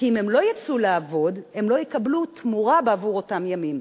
כי אם הם לא יצאו לעבוד הם לא יקבלו תמורה בעבור אותם ימים.